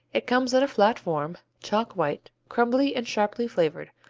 it comes in a flat form, chalk-white, crumbly and sharply flavored,